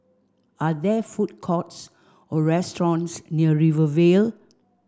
are there food courts or restaurants near Rivervale